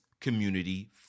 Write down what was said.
community